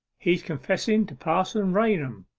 his confessing to parson raunham